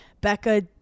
Becca